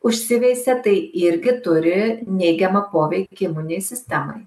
užsiveisia tai irgi turi neigiamą poveikį imuninei sistemai